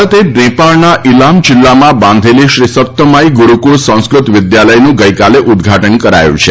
ભારતે નેપાળના ઇલામ જિલ્લામાં બાંધેલી શ્રી સપ્તમાઈ ગુરૂકુળ સંસ્કૃત વિદ્યાલયનું ગઈકાલે ઉદઘાટન કરાયું છે